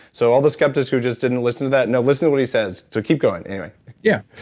so all the skeptics who just didn't listen to that, now listen to what he says. so keep going, anyway yeah.